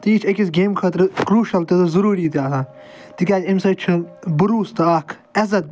تی چھِ أکِس گیمہِ خٲطرٕ کرٛوٗشَل تہِ تہٕ ضٔروٗری تہِ آسان تِکیٛازِ اَمہِ سۭتۍ چھِ بٕروٗس تہٕ اَکھ عزت